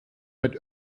mit